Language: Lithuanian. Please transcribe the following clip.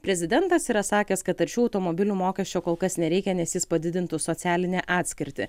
prezidentas yra sakęs kad taršių automobilių mokesčio kol kas nereikia nes jis padidintų socialinę atskirtį